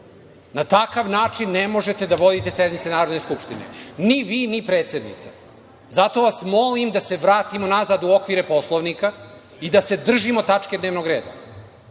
Na takav način ne možete da vodite sednice Narodne skupštine, ni vi, ni predsednica. Zato vas molim da se vratimo nazad u okvire Poslovnika i da se držimo tačke dnevnog reda,